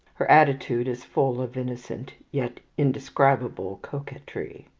her attitude is full of innocent yet indescribable coquetry.